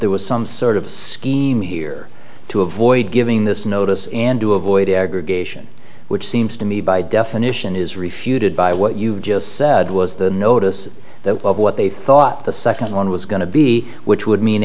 there was some sort of scheme here to avoid giving this notice and to avoid aggregation which seems to me by definition is refuted by what you've just said was the notice that what they thought the second one was going to be which would mean